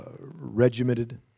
regimented